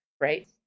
right